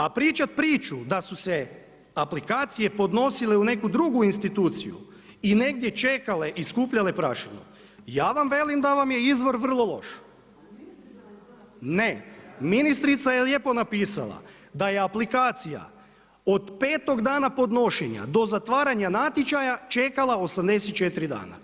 A pričati priču da su se aplikacije podnosile u neku drugu instituciju i negdje čekale i skupljale prašinu, ja vam velim da vam je izvor vrlo loš. … [[Upadica se ne čuje.]] Ne, ministrica je lijepo napisala da je aplikacija od 5.-og dana podnošenja do zatvaranja natječaja čekala 84 dana.